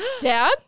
Dad